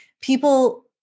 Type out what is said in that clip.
people